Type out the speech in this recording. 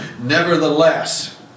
Nevertheless